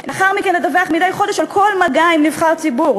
ולאחר מכן לדווח מדי חודש על כל מגע עם נבחר ציבור.